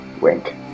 Wink